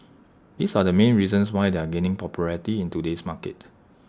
these are the main reasons why they are gaining popularity in today's market